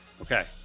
Okay